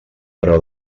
però